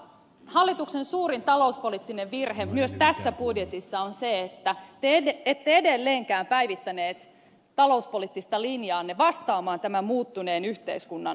minusta hallituksen suurin talouspoliittinen virhe myös tässä budjetissa on se että te ette edelleenkään päivittäneet talouspoliittista linjaanne vastaamaan tämän muuttuneen yhteiskunnan olosuhteita